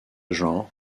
genre